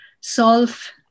solve